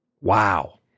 Wow